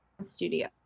studio